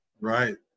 right